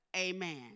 Amen